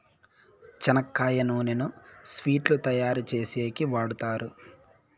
చెనక్కాయ నూనెను స్వీట్లు తయారు చేసేకి వాడుతారు